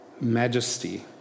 majesty